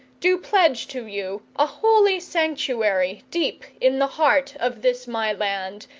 do pledge to you a holy sanctuary deep in the heart of this my land,